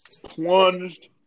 plunged